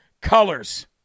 Colors